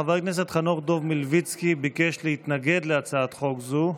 חבר הכנסת חנוך דב מלביצקי ביקש להתנגד להצעת חוק זו,